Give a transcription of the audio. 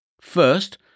First